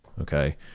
Okay